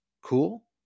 Cool